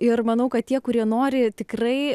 ir manau kad tie kurie nori tikrai